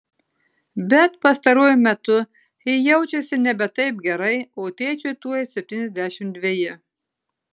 bet pastaruoju metu ji jaučiasi nebe taip gerai o tėčiui tuoj septyniasdešimt dveji